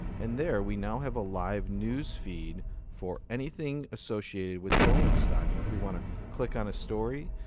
and there we now have a live news feed for anything associated with boeing stock. and if we want to click on a story,